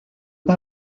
pas